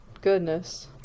goodness